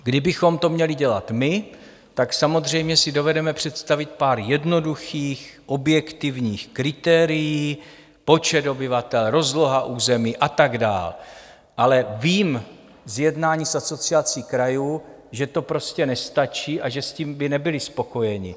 Kdybychom to měli dělat my, tak samozřejmě si dovedeme představit pár jednoduchých objektivních kritérií počet obyvatel, rozloha území a tak dál, ale vím z jednání s Asociací krajů, že to prostě nestačí a že s tím by nebyli spokojeni.